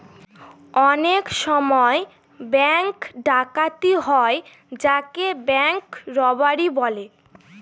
অনেক সময় ব্যাঙ্ক ডাকাতি হয় যাকে ব্যাঙ্ক রোবাড়ি বলে